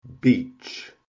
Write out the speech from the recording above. Beach